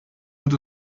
wird